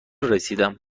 رسیدم